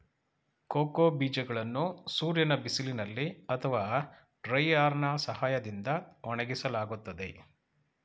cocoa ಬೀಜಗಳನ್ನು ಸೂರ್ಯನ ಬಿಸಿಲಿನಲ್ಲಿ ಅಥವಾ ಡ್ರೈಯರ್ನಾ ಸಹಾಯದಿಂದ ಒಣಗಿಸಲಾಗುತ್ತದೆ